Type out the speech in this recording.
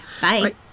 Bye